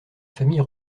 famille